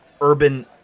urban